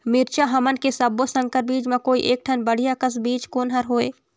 मिरचा हमन के सब्बो संकर बीज म कोई एक ठन बढ़िया कस बीज कोन हर होए?